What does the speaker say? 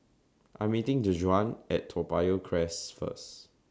I Am meeting Dejuan At Toa Payoh Crest First